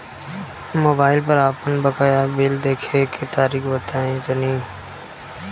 Mobile पर आपन बाकाया बिल देखे के तरीका बताईं तनि?